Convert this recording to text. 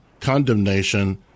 condemnation